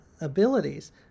abilities